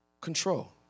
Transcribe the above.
control